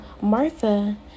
martha